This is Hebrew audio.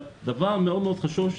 דבר חשוב נוסף,